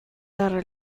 are